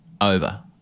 over